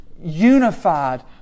unified